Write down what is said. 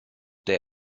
der